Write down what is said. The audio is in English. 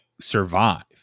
survive